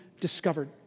discovered